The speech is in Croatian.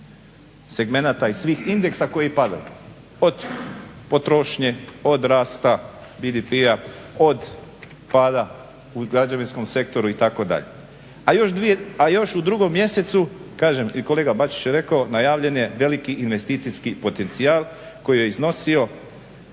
segmenata i svih indeksa koji padaju, od potrošnje, od rasta BDP-a, od pada u građevinskom sektoru itd. A još u 2 mjesecu, kažem i kolega Bačić je rekao, najavljen je veliki investicijski potencijal koji je iznosio